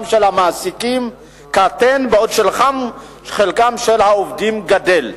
של המעסיקים קטן בעוד חלקם של העובדים גדל.